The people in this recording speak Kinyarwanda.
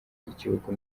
igihugu